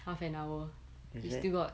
half an hour we still got